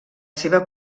seva